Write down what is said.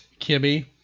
Kimmy